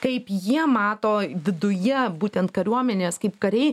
kaip jie mato viduje būtent kariuomenės kaip kariai